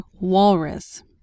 walrus